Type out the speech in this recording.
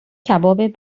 کباب